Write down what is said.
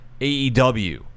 AEW